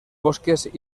bosques